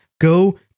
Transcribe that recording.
Go